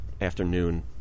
afternoon